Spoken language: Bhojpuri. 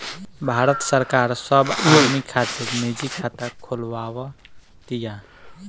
भारत सरकार सब आदमी खातिर निजी खाता खोलवाव तिया